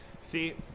See